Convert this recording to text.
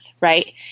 right